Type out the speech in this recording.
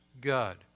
God